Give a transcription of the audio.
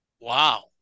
wow